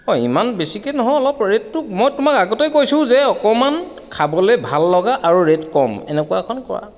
অ' ইমান বেছিকৈ নহয় অলপ ৰে'টটো মই তোমাক আগতেই কৈছো যে অকণমান খাবলৈ ভাল লগা আৰু ৰে'ট কম এনেকুৱা অকণ কৰা